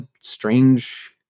strange